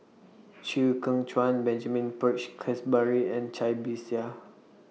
Chew Kheng Chuan Benjamin Peach Keasberry and Cai Bixia